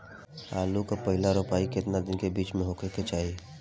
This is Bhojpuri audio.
आलू क पहिला रोपाई केतना दिन के बिच में होखे के चाही?